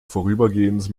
vorübergehend